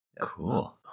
Cool